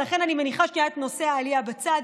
ולכן אני מניחה שנייה את נושא העלייה בצד.